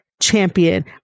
Champion